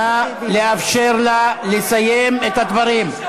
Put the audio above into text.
נא לאפשר לה לסיים את הדברים.